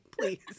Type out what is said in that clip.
Please